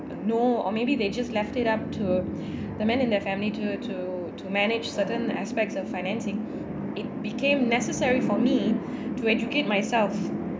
know or maybe they just left it up to the men in their family to to to manage certain aspects of financing it became necessary for me to educate myself